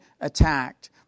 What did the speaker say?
attacked